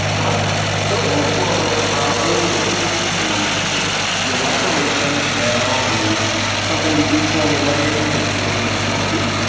but those were our older forms of politeness. the elaboration now is something we do formulaically, but it feels a little hokey.